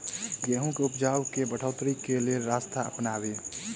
गेंहूँ केँ उपजाउ केँ बढ़ोतरी केँ लेल केँ रास्ता अपनाबी?